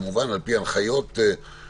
כמובן על פי הנחיות חוקיות.